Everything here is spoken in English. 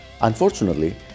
Unfortunately